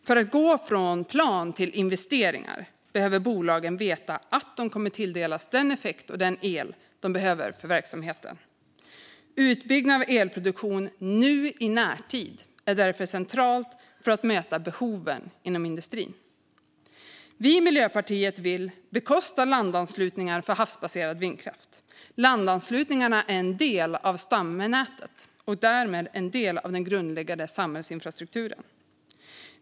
För att gå från plan till investeringar behöver bolagen veta att de kommer att tilldelas den effekt och den el som de behöver för verksamheten. Utbyggnad av elproduktion nu, i närtid, är därför centralt för att kunna möta behoven inom industrin. Vi i Miljöpartiet vill bekosta landanslutningar för havsbaserad vindkraft. Landanslutningarna är en del av stamnätet, och därmed en del av den grundläggande samhällsinfrastrukturen.